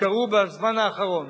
שקרו בזמן האחרון